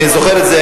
אני זוכר את זה.